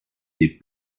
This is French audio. des